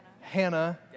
Hannah